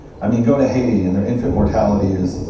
i mean, go to haiti and their infant mortality is,